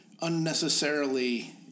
unnecessarily